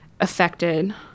affected